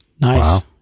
nice